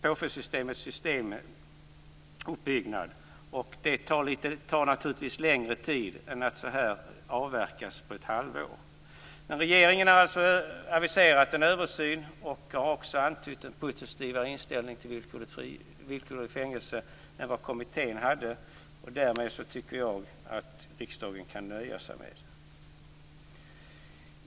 påföljdssystemets uppbyggnad, och det tar naturligtvis längre tid än att det kan avverkas på ett halvår. Regeringen har alltså ändå aviserat en översyn och har också antytt en mer positiv inställning till villkorligt fängelse än vad kommittén hade. Därmed tycker jag att riksdagen kan nöja sig.